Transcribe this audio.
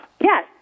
Yes